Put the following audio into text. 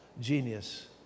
genius